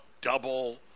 double